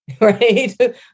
right